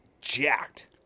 jacked